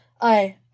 I